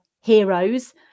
heroes